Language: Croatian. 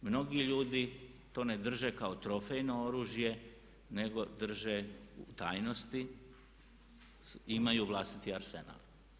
Mnogi ljudi to ne drže kao trofejno oružje nego drže u tajnosti, imaju vlastiti arsenal.